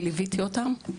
וליוויתי אותם.